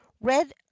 Red